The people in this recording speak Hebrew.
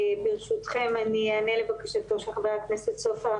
ברשותכם, אני אענה לבקשתו של חבר הכנסת סופר.